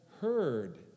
heard